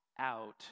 out